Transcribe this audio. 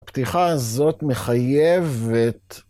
הפתיחה הזאת מחייבת.